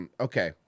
Okay